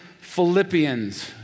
Philippians